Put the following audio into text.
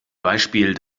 beispiel